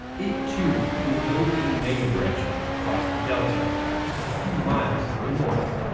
it too will build a megabridge across the delta just a few miles to the north.